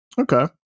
okay